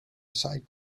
aside